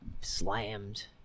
slammed